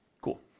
Cool